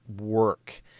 work